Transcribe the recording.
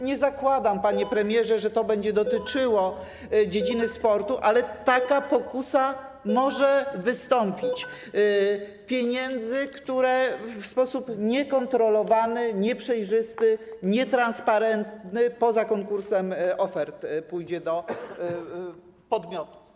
Nie zakładam, panie premierze, że to będzie dotyczyło dziedziny sportu, ale taka pokusa może wystąpić w odniesieniu do pieniędzy, które w sposób niekontrolowany, nieprzejrzysty, nietransparentny, poza konkursem ofert zostaną przekazane do podmiotów.